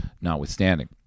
notwithstanding